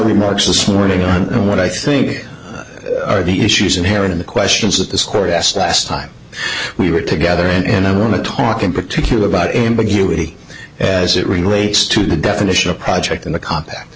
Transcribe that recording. remarks this morning on what i think are the issues inherent in the questions that this court asked last time we were together and i want to talk in particular about ambiguity as it relates to the definition of project in the compact